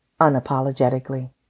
unapologetically